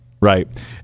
right